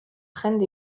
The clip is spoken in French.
prennent